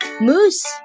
moose